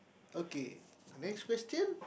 okay next question